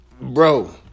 bro